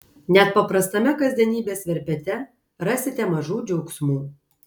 net paprastame kasdienybės verpete rasite mažų džiaugsmų